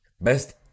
Best